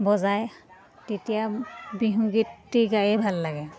বজায় তেতিয়া বিহুগীতটি গাইয়ে ভাল লাগে